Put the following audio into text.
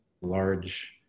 large